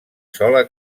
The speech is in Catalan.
sola